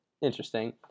interesting